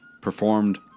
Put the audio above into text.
performed